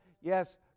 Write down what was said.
yes